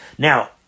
Now